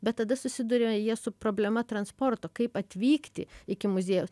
bet tada susiduria jie su problema transporto kaip atvykti iki muziejaus